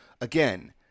again